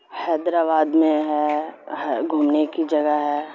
حیدر آباد میں ہے گھومنے کی جگہ ہے